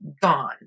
Gone